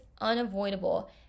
unavoidable